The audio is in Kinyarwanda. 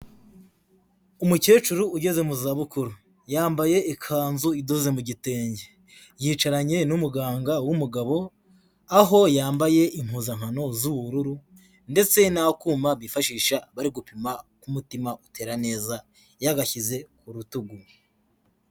Umukecuru ugeze mu za bukuru, yambaye ikanzu idoze mu gitenge, yicaranye n'umuganga w'umugabo, aho yambaye impuzankano z'ubururu ndetse n'akuma bifashisha bari gupima umutima utera neza yagashyize ku rutugu.